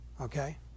Okay